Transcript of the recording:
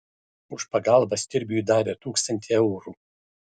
už pagalbą stirbiui davė tūkstantį eurų